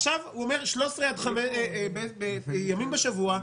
עכשיו הוא אומר חמישה ימים בשבוע,